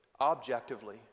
objectively